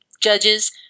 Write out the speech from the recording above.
judges